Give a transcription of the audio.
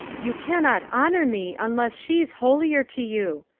you cannot honour me, unless she's holier to you.